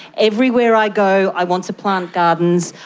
everywhere i go i want to plant gardens,